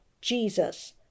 Jesus